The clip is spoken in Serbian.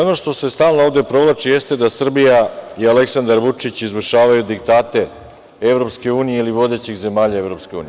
Ono što se stalno ovde provlači jeste da Srbija i Aleksandar Vučić izvršavaju diktate EU ili vodećih zemalja EU.